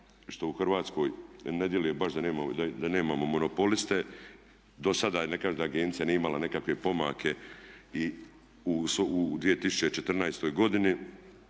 što u Hrvatskoj ne djeluje baš da nemamo monopoliste. Dosada je, ne kažem da agencija nije imala nekakve pomake i u 2014.godini,